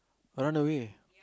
run away